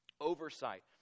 oversight